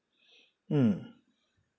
mm